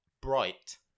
Bright